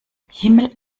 himmel